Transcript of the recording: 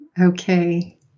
Okay